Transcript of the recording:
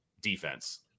defense